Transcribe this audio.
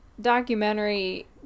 documentary